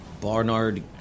Barnard